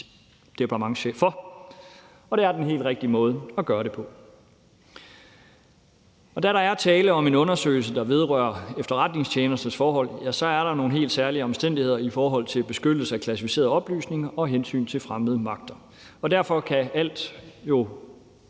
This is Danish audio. departementschefer, og det er den helt rigtige måde at gøre det på. Da der er tale om en undersøgelse, der vedrører efterretningstjenestens forhold, så er der nogle helt særlige omstændigheder i forhold til en beskyttelse af klassificerede oplysninger og et hensyn til fremmede magter, og derfor kan alt jo